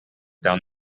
down